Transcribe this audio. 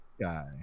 guy